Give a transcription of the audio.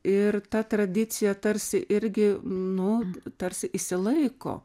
ir ta tradicija tarsi irgi nu tarsi išsilaiko